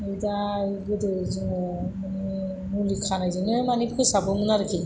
दा गोदो जोङो माने मुलि खानायजोंनो माने फोसाबोमोन आरोखि